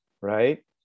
right